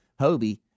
hobie